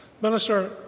Minister